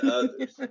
others